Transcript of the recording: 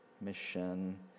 mission